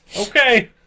Okay